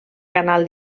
canal